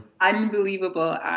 unbelievable